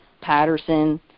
Patterson